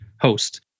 host